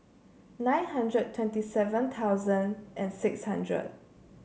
nine hundred twenty seven thousand and six hundred